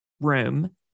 room